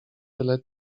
tyle